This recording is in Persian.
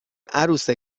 عروس